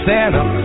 Santa